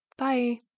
Bye